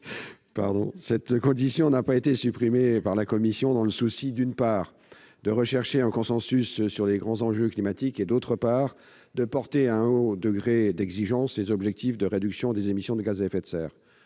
Cette exclusion n'a pas été supprimée par la commission aux fins, d'une part, de rechercher un consensus sur les grands enjeux climatiques, et, d'autre part, de porter à un haut degré d'exigence les objectifs de réduction des émissions de gaz à effet de serre.